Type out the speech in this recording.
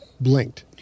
blinked